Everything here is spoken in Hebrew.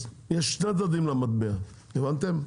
אז יש שני צדדים למטבע, הבנתם?